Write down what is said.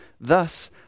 Thus